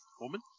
woman